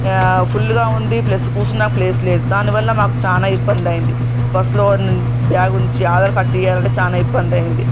ఫుల్లుగా ఉంది ప్లస్ కూసునాకి ప్లేస్ లేదు దానివల్ల మాకు చాలా ఇబ్బంది అయింది బస్సులో బ్యాగ్ నుంచి ఆధార్ కార్డు తీయాలంటే చాలా ఇబ్బంది అయింది